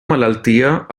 malaltia